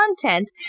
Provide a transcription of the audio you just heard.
content